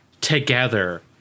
together